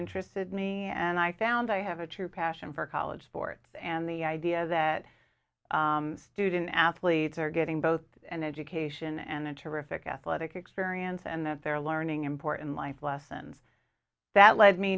interested me and i found i have a true passion for college sports and the idea that student athletes are getting both an education and a terrific athletic experience and that they're learning important life lessons that led me